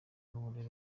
uburere